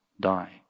die